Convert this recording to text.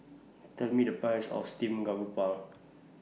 Tell Me The Price of Steamed Garoupa